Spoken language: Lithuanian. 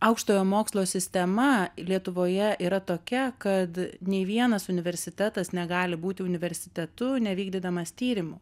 aukštojo mokslo sistema lietuvoje yra tokia kad nei vienas universitetas negali būti universitetu nevykdydamas tyrimu